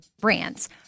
brands